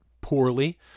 poorly